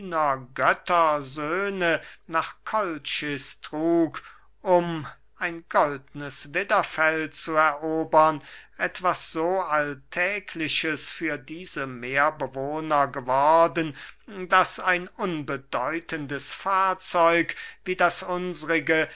nach kolchis trug um ein goldnes widderfell zu erobern etwas so alltägliches für diese meerbewohner geworden daß ein unbedeutendes fahrzeug wie das unsrige